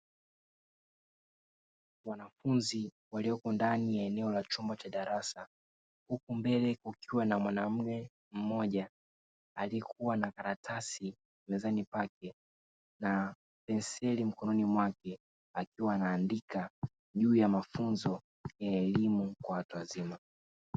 Wanafunzi waliyoko ndani ya eneo ya chumba cha darasa huku mbele kukiwa na mwanaume mmoja aliyekuwa na karatasi mezani kwake na penseli mkononi mwake akiwa anaandika juu ya mafunzo ya elimu kwa watu wazima.